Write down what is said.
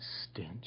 stench